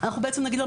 אנחנו בעצם נגיד לה,